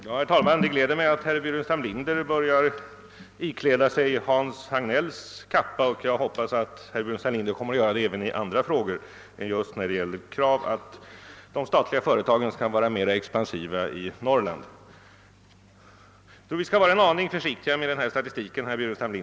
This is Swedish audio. Herr talman! Det gläder mig att herr Burenstam Linder börjar ikläda sig Hans Hagnells kappa. Jag hoppas att herr Burenstam Linder kommer att göra det även i andra frågor än när det just gäller kraven att de statliga företagen i Norrland skall vara mera expansiva. Men, herr Burenstam Linder, vi skall vara litet försiktiga med denna statistik.